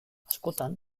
askotan